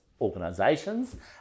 organisations